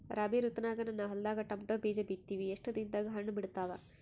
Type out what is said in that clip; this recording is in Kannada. ರಾಬಿ ಋತುನಾಗ ನನ್ನ ಹೊಲದಾಗ ಟೊಮೇಟೊ ಬೀಜ ಬಿತ್ತಿವಿ, ಎಷ್ಟು ದಿನದಾಗ ಹಣ್ಣ ಬಿಡ್ತಾವ?